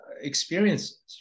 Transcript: experiences